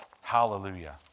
Hallelujah